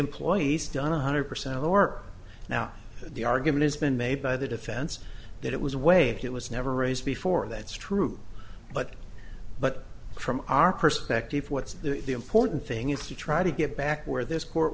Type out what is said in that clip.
employee's done one hundred percent of the work now the argument has been made by the defense that it was waived it was never raised before that's true but but from our perspective what's the important thing is to try to get back where this court